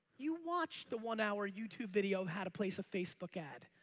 you watch the one hour youtube video how to place a facebook ad.